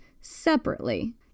separately